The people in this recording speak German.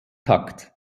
takt